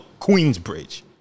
Queensbridge